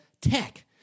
Tech